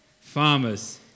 farmers